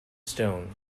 stone